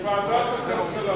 לוועדת הכלכלה.